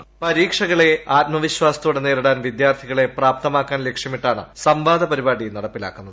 voice പരീക്ഷകളെ ആത്മവിശ്വാസത്തോടെ നേരിടാൻ വിദ്യാർത്ഥികളെ പ്രാപ്തമാക്കാൻ ലക്ഷ്യമിട്ടാണ് സംവാദ പരിപാടി നടപ്പിലാക്കുന്നത്